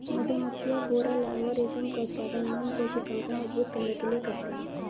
मधुमक्खियां, भौंरा लार्वा रेशम का उत्पादन मोम कोशिकाओं को मजबूत करने के लिए करते हैं